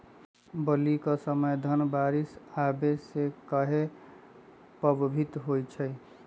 बली क समय धन बारिस आने से कहे पभवित होई छई?